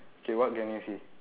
K what can you see